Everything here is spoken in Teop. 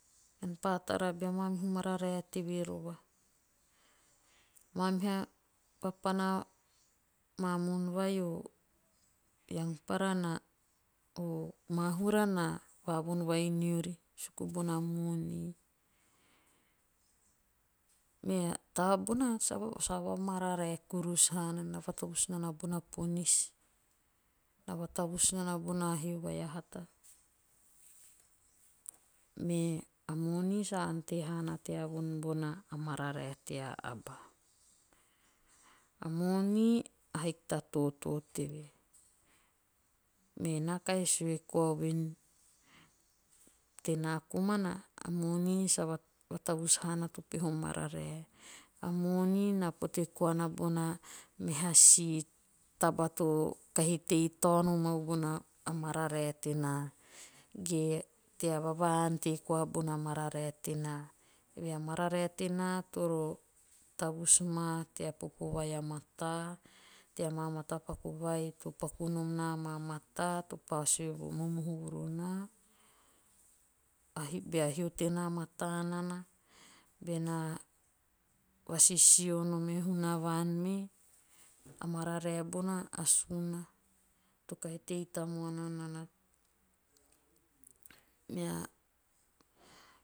Ean pa tara bea mamihu marae teve rova. Maa meha papana mamoon vai o'youngpara'o mahu ra na vavon vai niori. suku bona moni. Mea taba bona sa va va mararae kurus haana. na vatavus nana bona ponis. Na vatavus nana bona hoi vai a hata. Mme moni sa ante haana tea von bona mararae tea aba. A moni a haiki ta totoo teve. Me naa kahi sue koa voen. te naa komana. a moni sa vatavus haana to peha mararae tenaa. ge tea vava''ante koa bona mararae tenaa. Eve he a mararae tenaa toro tavus ma tea popo vai a mataa. tea maa matapaku vai to paku nom na amaa mataa to pa sue momohu vuru naa. bea hio tenaa mataa nana. bena vasisio nom e hunavan me. a mararae bona a suuna to kahi tei tamuana nana. Mea